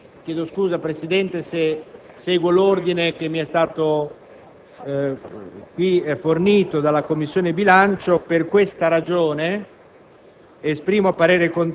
le chiedo scusa, signor Presidente, se seguirò l'ordine che mi è stato fornito dalla Commissione bilancio. Per questa ragione